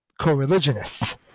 co-religionists